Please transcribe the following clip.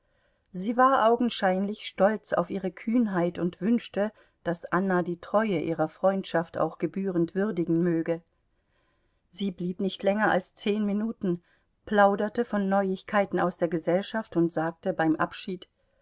sie war augenscheinlich stolz auf ihre kühnheit und wünschte daß anna die treue ihrer freundschaft auch gebührend würdigen möge sie blieb nicht länger als zehn minuten plauderte von neuigkeiten aus der gesellschaft und sagte beim abschied